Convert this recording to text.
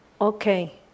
okay